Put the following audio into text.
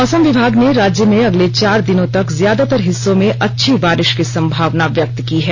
मौसम विभाग ने राज्य में अगले चार दिनों तक ज्यादात्तर हिस्सों में अच्छी बारिश की संभावना व्यक्त की है